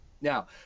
Now